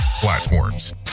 platforms